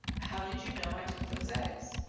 how did you know i took those eggs?